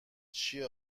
چیه